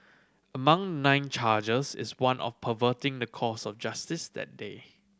among nine charges is one of perverting the course of justice that day